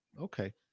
Okay